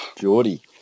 Geordie